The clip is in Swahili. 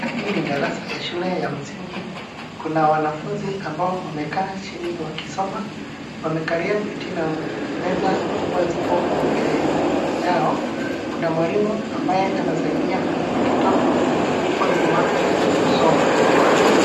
Hii ni darasa ya shule ya msingi. Kuna wanafunzi ambao wamekaa chini wakisoma. Wamekalia viti na meza kubwa ziko mbele yao. Kuna mwalimu ambaye anasaidia watoto huko nyuma kusoma.